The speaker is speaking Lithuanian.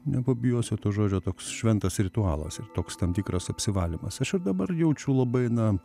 nepabijosiu to žodžio toks šventas ritualas ir toks tam tikras apsivalymas aš ir dabar jaučiu labai na